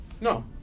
No